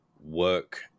work